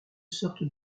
sorte